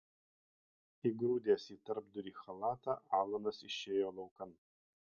įgrūdęs į tarpdurį chalatą alanas išėjo laukan